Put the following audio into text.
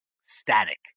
static